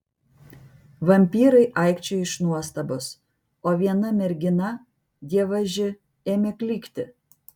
vampyrai aikčiojo iš nuostabos o viena mergina dievaži ėmė klykti